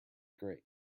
grate